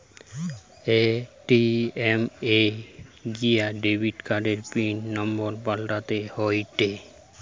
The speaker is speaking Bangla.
এ.টি.এম এ গিয়া ডেবিট কার্ডের পিন নম্বর পাল্টাতে হয়েটে